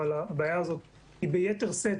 אבל הבעיה הזאת היא ביתר שאת